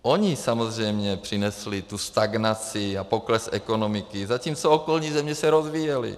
Oni samozřejmě přinesli stagnaci a pokles ekonomiky, zatímco okolní země se rozvíjely.